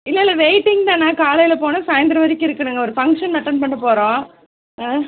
இல்லை இல்லை வெயிட்டிங்தாண்ணா காலையில் போனால் சாயந்தரம் வரைக்கும் இருக்கணுங்க ஒரு ஃபங்க்ஷன் அட்டென்ட் பண்ண போகிறோம் ஆ